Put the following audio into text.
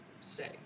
say